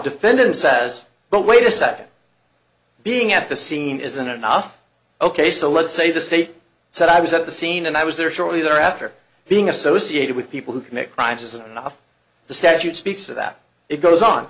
defendant says but wait a second being at the scene isn't enough ok so let's say the state said i was at the scene and i was there shortly thereafter being associated with people who commit crimes as an off the statute speaks of that it goes on